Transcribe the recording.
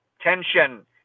tension